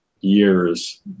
years